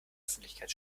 öffentlichkeit